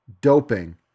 doping